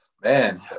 man